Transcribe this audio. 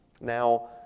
Now